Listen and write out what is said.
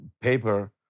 paper